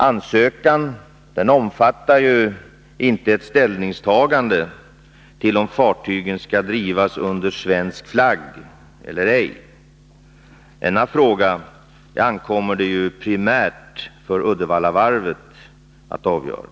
Ansökan omfattar inte något ställningstagande till frågan om fartygen skall gå under svensk flagg eller ej. Denna fråga ankommer det primärt på Uddevallavarvet att avgöra.